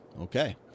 Okay